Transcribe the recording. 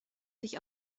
sich